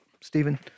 Stephen